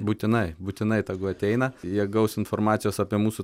būtinai būtinai tegu ateina jie gaus informacijos apie mūsų